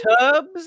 tubs